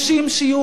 אני אגן על ישראל,